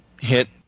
hit